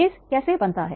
case कैसे बनता है